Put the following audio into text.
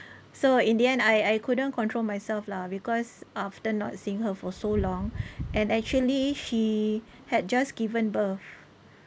so in the end I I couldn't control myself lah because after not seeing her for so long and actually she had just given birth